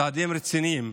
צעדים רציניים,